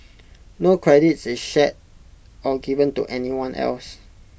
no credit is shared or given to anyone else